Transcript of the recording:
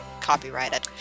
copyrighted